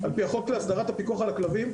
על פי החוק להסדרת הפיקוח על הכלבים,